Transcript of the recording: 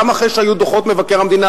גם אחרי שהיו דוחות מבקר המדינה,